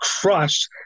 crushed